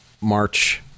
March